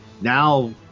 now